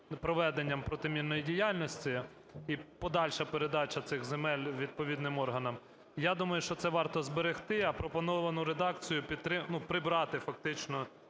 проведенням протимінної діяльності і подальша передача цих земель відповідним органам, я думаю, що це варто зберегти, а пропоновану редакцію, ну, прибрати фактично,